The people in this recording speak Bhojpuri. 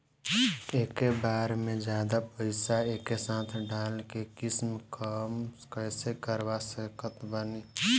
एके बार मे जादे पईसा एके साथे डाल के किश्त कम कैसे करवा सकत बानी?